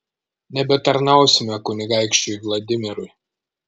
nebetarnausime kunigaikščiui vladimirui